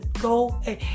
go